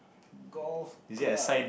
golf club